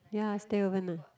ya stay overnight